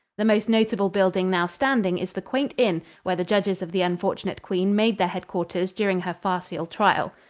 the most notable building now standing is the quaint inn where the judges of the unfortunate queen made their headquarters during her farcial trial.